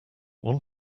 want